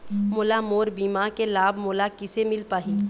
मोला मोर बीमा के लाभ मोला किसे मिल पाही?